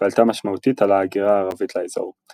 ועלתה משמעותית על ההגירה הערבית לאזור.